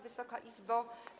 Wysoka Izbo!